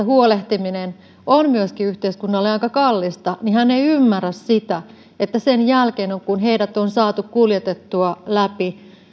huolehtiminen on myöskin yhteiskunnalle aika kallista niin hän ei ymmärrä sitä että sen jälkeen kun heidät on saatu kuljetettua läpi